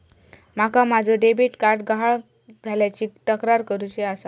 माका माझो debit card गहाळ झाल्याची तक्रार करुची आसा